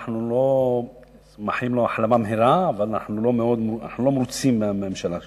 אנחנו מאחלים לו החלמה מהירה אבל אנחנו לא מרוצים מהממשלה שלו,